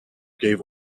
gave